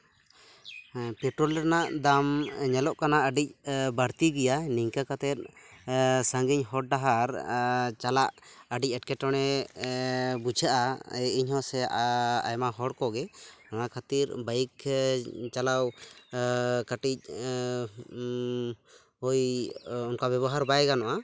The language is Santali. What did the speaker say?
ᱦᱮᱸ ᱯᱮᱴᱨᱳᱞ ᱨᱮᱱᱟᱜ ᱫᱟᱢ ᱧᱮᱞᱚᱜ ᱠᱟᱱᱟ ᱟᱹᱰᱤ ᱵᱟᱹᱲᱛᱤ ᱜᱮᱭᱟ ᱱᱤᱝᱠᱟᱹ ᱠᱟᱛᱮᱫ ᱥᱟᱺᱜᱤᱧ ᱦᱚᱨ ᱰᱟᱦᱟᱨ ᱪᱟᱞᱟᱜ ᱟᱹᱰᱤ ᱮᱴᱠᱮᱴᱚᱬᱮ ᱵᱩᱡᱷᱟᱹᱜᱼᱟ ᱤᱧ ᱦᱚᱸ ᱥᱮ ᱟᱭᱢᱟ ᱦᱚᱲ ᱠᱚᱜᱮ ᱱᱚᱣᱟ ᱠᱷᱟᱹᱛᱤᱨ ᱵᱟᱭᱤᱠ ᱪᱟᱞᱟᱣ ᱠᱟᱹᱴᱤᱡ ᱦᱩᱭ ᱚᱱᱠᱟ ᱵᱮᱵᱚᱦᱟᱨ ᱵᱟᱭ ᱜᱟᱱᱚᱜᱼᱟ